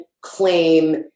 claim